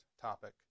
topic